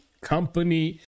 company